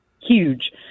huge